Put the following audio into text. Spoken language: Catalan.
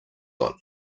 gol